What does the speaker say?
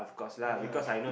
ya lah